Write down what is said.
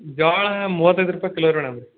ಜೋಳ ಮೂವತ್ತೈದು ರೂಪಾಯಿ ಕಿಲೋ ರೀ ಮೇಡಮ್